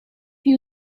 you